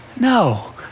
No